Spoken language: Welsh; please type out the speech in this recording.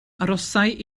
arhosai